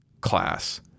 class